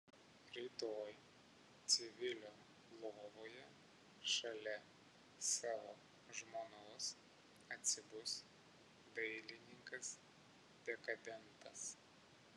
rytoj civilio lovoje šalia savo žmonos atsibus dailininkas dekadentas